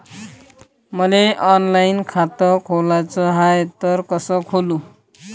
मले ऑनलाईन खातं खोलाचं हाय तर कस खोलू?